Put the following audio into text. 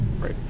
right